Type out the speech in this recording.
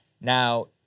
Now